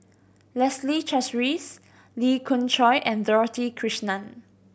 Leslie Charteris Lee Khoon Choy and Dorothy Krishnan